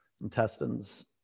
intestines